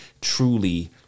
truly